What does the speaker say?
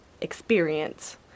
experience